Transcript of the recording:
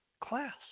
class